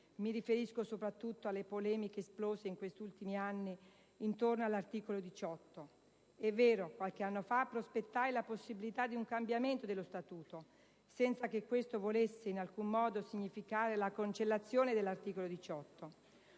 Mi riferisco soprattutto alle polemiche esplose in questi ultimi anni intorno all'articolo 18. (...) È vero, qualche anno fa prospettai la possibilità di un cambiamento dello Statuto, senza che questo volesse in alcun modo significare la cancellazione dell'articolo 18.